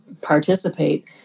participate